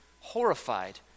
horrified